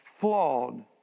flawed